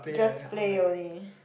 just play only